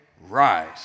rise